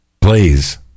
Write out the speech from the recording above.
Please